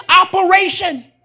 operation